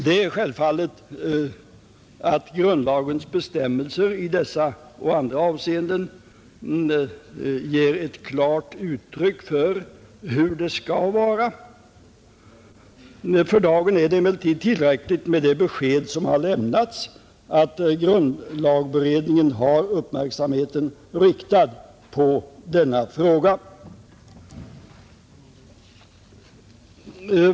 Det är självfallet angeläget att grundlagens bestämmelser i dessa och andra avseenden ger ett klart uttryck för hur det skall vara. För dagen är det emellertid tillräckligt med det besked som lämnats att grundlagberedningen har uppmärksamheten riktad på denna fråga.